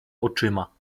oczyma